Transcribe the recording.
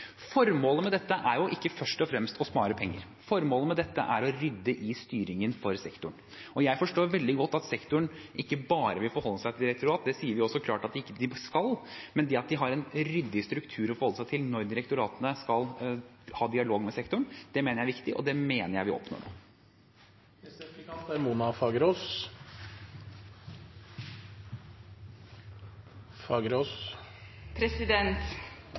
Formålet med dette er ikke først og fremst å spare penger. Formålet med dette er å rydde i styringen for sektoren. Jeg forstår veldig godt at sektoren ikke bare vil forholde seg til direktorat – det sier vi jo også klart at de ikke skal – men det at de har en ryddig struktur å forholde seg til når direktoratene skal ha dialog med sektoren, det mener jeg er viktig, og det mener jeg vi oppnår.